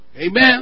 Amen